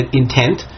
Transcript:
intent